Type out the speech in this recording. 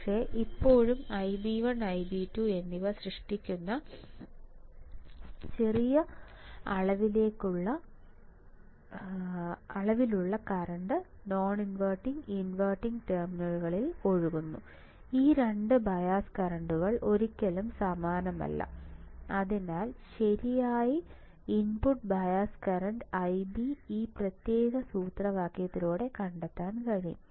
പക്ഷേ ഇപ്പോഴും Ib1 Ib2 എന്നിവ സൃഷ്ടിക്കുന്ന ചെറിയ അളവിലുള്ള കറന്റ് നോൺ ഇൻവെർട്ടിംഗ് ഇൻവെർട്ടിംഗ് ടെർമിനലുകളിൽ ഒഴുകുന്നു ഈ 2 ബയസ് കറന്റുകൾ ഒരിക്കലും സമാനമല്ല അതിനാൽ ശരാശരി ഇൻപുട്ട് ബയസ് കറൻറ് Ib ഈ പ്രത്യേക സൂത്രവാക്യത്തിലൂടെ കണ്ടെത്താൻ കഴിയും